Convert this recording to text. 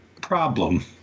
problem